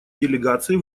делегации